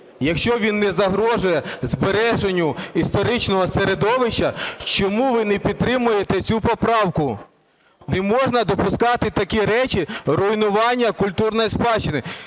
якщо він не загрожує збереженню історичного середовища, чому ви не підтримуєте цю поправку? Не можна допускати такі речі – руйнування культурної спадщини.